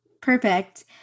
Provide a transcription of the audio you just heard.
Perfect